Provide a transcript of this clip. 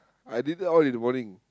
I did that all in the morning